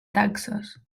taxes